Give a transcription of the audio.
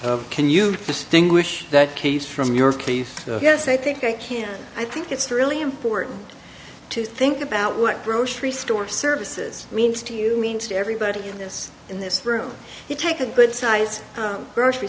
of can you distinguish that case from your case yes i think i can i think it's really important to think about what grocery store services means to you means to everybody in this in this room you take a good size grocery